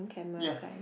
ya